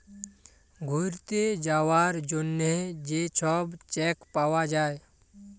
ঘ্যুইরতে যাউয়ার জ্যনহে যে ছব চ্যাক পাউয়া যায়